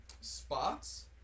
spots